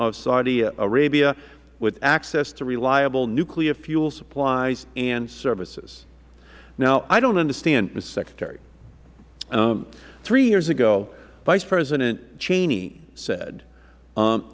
of saudi arabia with access to reliable nuclear fuel supplies and services now i don't understand mister secretary three years ago vice president cheney said